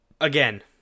again